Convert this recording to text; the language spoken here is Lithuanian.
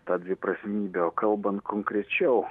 tą dviprasmybę o kalbant konkrečiau